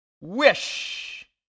wish